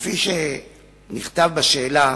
כפי שנכתב בשאלה,